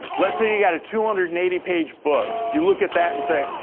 let's say you got a two hundred and eighty page book. you look at that and say,